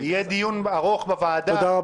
יהיה דיון ארוך בוועדה --- תודה.